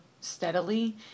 steadily